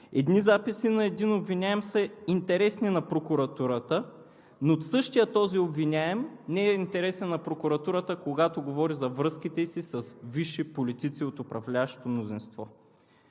Едни записи за един обвиняем са интересни на прокуратурата, но същият този обвиняем не е интересен на прокуратурата, когато говори за връзките си с висши политици от управляващото мнозинство